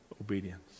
obedience